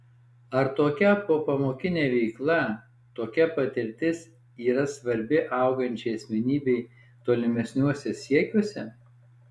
ar tokia popamokinė veikla tokia patirtis yra svarbi augančiai asmenybei tolimesniuose siekiuose